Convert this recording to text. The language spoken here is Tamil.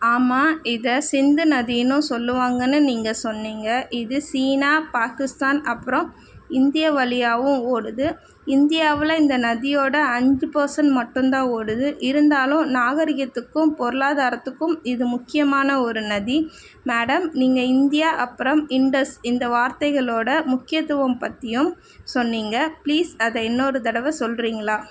ஆமாம் இதை சிந்து நதியின்னும் சொல்லுவாங்கன்னு நீங்கள் சொன்னீங்க இது சீனா பாகிஸ்தான் அப்புறம் இந்தியா வழியாவும் ஓடுது இந்தியாவில் இந்த நதியோடு அஞ்சு பர்சண்ட் மட்டும்தான் ஓடுது இருந்தாலும் நாகரிகத்துக்கும் பொருளாதாரத்துக்கும் இது முக்கியமான ஒரு நதி மேடம் நீங்கள் இந்தியா அப்புறம் இண்டஸ் இந்த வார்த்தைகளோடய முக்கியத்துவம் பற்றியும் சொன்னீங்க ப்ளீஸ் அதை இன்னொரு தடவை சொல்கிறீங்களா